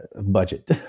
budget